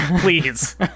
please